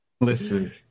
listen